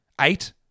Eight